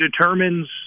determines